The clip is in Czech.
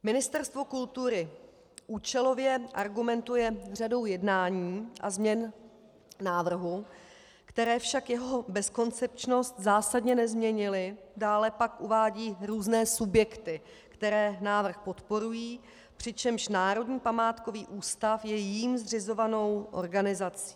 Ministerstvo kultury účelově argumentuje řadou jednání a změn návrhu, které však jeho bezkoncepčnost zásadně nezměnily, dále pak uvádí různé subjekty, které návrh podporují, přičemž Národní památkový ústav je jím zřizovanou organizací.